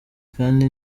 kandi